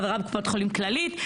חברה בקופת חולים כללית.